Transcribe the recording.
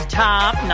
top